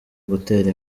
gutera